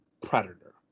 predator